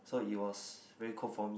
so it was very cold for me